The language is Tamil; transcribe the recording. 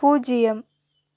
பூஜ்ஜியம்